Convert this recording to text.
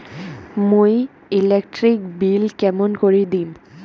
মুই electric bill কেমন করি দিম?